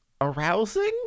arousing